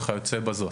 וכיוצא בזה.